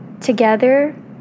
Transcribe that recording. Together